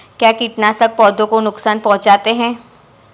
क्या कीटनाशक पौधों को नुकसान पहुँचाते हैं?